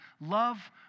love